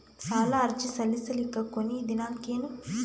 ಸಾಲ ಅರ್ಜಿ ಸಲ್ಲಿಸಲಿಕ ಕೊನಿ ದಿನಾಂಕ ಏನು?